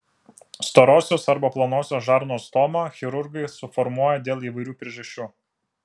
storosios arba plonosios žarnos stomą chirurgai suformuoja dėl įvairių priežasčių